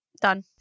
done